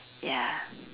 ya